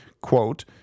quote